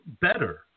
better